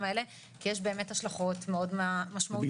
האלה כי יש באמת השלכות מאוד משמעותיות.